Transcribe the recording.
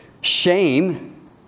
Shame